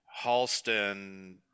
Halston